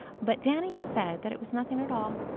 but danny said that it was nothing at all,